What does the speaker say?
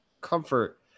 comfort